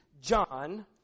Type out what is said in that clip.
John